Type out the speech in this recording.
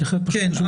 כן.